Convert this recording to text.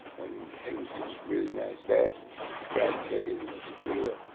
and it was just really nice that the fried chicken and the tequila